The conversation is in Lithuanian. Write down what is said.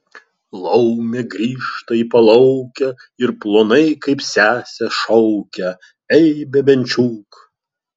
laumė grįžta į palaukę ir plonai kaip sesė šaukia ei bebenčiuk